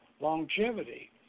longevity